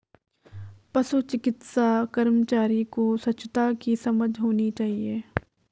पशु चिकित्सा कर्मचारी को स्वच्छता की समझ होनी चाहिए